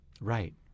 right